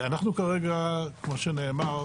אנחנו כרגע כמו שנאמר,